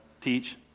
teach